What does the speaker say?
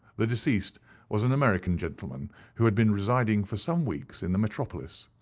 the deceased was an american gentleman who had been residing for some weeks in the metropolis.